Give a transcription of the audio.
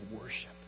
worship